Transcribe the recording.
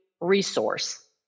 resource